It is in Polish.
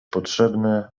potrzebne